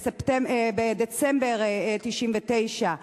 בדצמבר 1999,